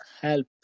help